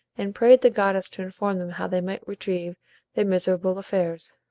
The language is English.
and prayed the goddess to inform them how they might retrieve their miserable affairs.